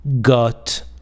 got